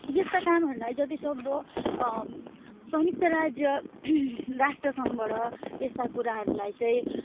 यस्ता कामहरूलाई जतिसक्दो संयुक्त राज्य राष्ट्र सङ्घबाट यस्ता कुराहरूलाई चाहिँ